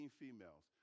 females